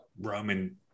Roman